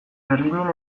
berlinen